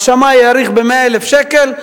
השמאי העריך ב-100,000 שקל,